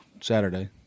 Saturday